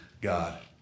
God